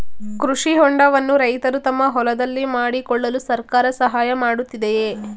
ಕೃಷಿ ಹೊಂಡವನ್ನು ರೈತರು ತಮ್ಮ ಹೊಲದಲ್ಲಿ ಮಾಡಿಕೊಳ್ಳಲು ಸರ್ಕಾರ ಸಹಾಯ ಮಾಡುತ್ತಿದೆಯೇ?